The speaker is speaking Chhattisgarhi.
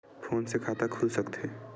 फोन से खाता खुल सकथे?